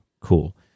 cool